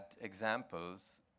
examples